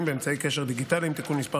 באמצעי קשר דיגיטליים (תיקון מס'